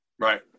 Right